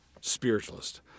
spiritualist